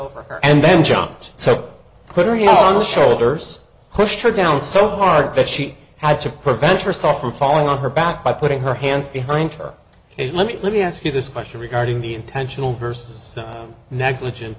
over her and then jumps so put her head on the shoulders pushed her down so hard that she had to prevent yourself from falling on her back by putting her hands behind her let me let me ask you this question regarding the intentional first step negligent